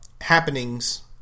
happenings